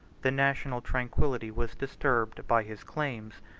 the national tranquillity was disturbed by his claims,